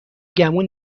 گمون